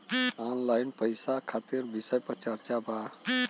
Online पैसा खातिर विषय पर चर्चा वा?